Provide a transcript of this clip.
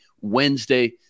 Wednesday